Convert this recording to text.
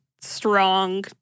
strong